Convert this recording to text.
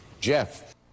Jeff